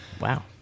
Wow